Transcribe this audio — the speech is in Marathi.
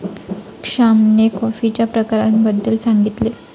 श्यामने कॉफीच्या प्रकारांबद्दल सांगितले